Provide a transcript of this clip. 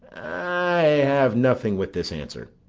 i have nothing with this answer,